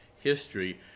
history